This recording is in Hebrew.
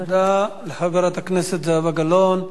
תודה לחברת הכנסת זהבה גלאון.